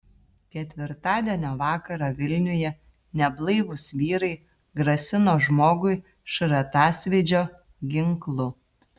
ketvirtadienio vakarą vilniuje neblaivūs vyrai grasino žmogui šratasvydžio ginklu